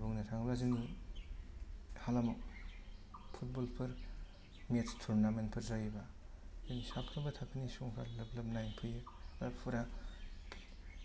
बुंनो थाङोबा जोंनि हालामाव फुटबल फोर मेच तुर्नामेन्ट फोर जायोबा जोंनि साफ्रोमबो थाखोनि सुबुंफ्रा लोब लोब नायफैयो आरो फुरा